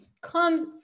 comes